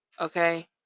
Okay